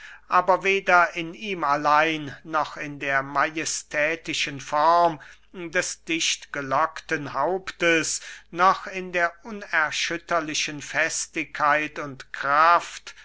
aber weder in ihm allein noch in der majestätischen form des dichtgelockten hauptes noch in der unerschütterlichen festigkeit und kraft